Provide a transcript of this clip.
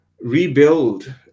rebuild